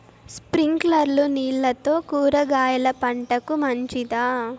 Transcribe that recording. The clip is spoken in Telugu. స్ప్రింక్లర్లు నీళ్లతో కూరగాయల పంటకు మంచిదా?